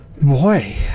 Boy